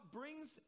brings